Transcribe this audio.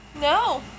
No